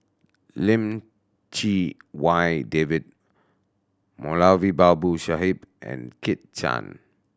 Lim Chee Wai David Moulavi Babu Sahib and Kit Chan